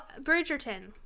Bridgerton